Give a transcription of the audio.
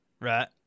right